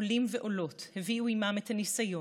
עולים ועולות הביאו עימם את הניסיון,